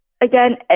again